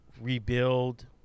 rebuild